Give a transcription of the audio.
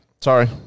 sorry